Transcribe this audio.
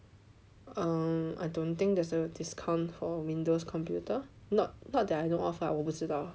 um I don't think there's a discount for Windows computer not not that I know of lah 我也不知道